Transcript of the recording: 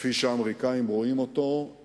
כפי שהאמריקנים רואים אותו,